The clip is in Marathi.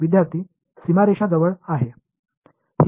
विद्यार्थी सीमारेषा जवळ आहे